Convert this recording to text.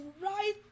right